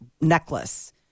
necklace